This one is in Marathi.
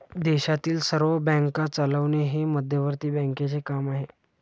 देशातील सर्व बँका चालवणे हे मध्यवर्ती बँकांचे काम आहे